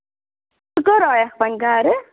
ژٕ کر آیَکھ وۄنۍ گَرٕ